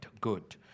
good